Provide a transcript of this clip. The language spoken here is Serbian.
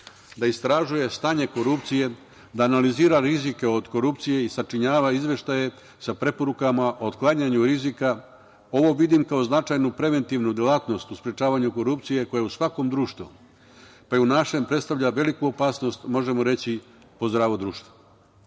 da istražuje stanje korupcije, analizira rizike od korupcije i sačinjava izveštaje sa preporukama o otklanjanju rizika. Ovo vidim kao značajnu preventivnu delatnost u sprečavanju korupcije koja u svakom društvu, pa i u našem, predstavlja veliku opasnost, možemo reći, po zdravo